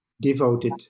devoted